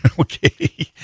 Okay